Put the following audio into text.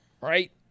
Right